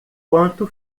quanto